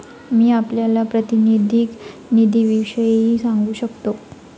मी आपल्याला प्रातिनिधिक निधीविषयी सांगू शकतो